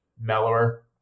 mellower